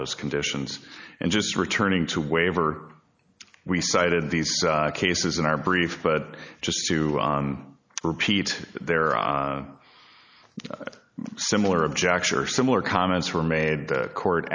those conditions and just returning to waiver we cited these cases in our brief but just to repeat there are similar objects or similar comments were made the court